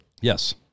Yes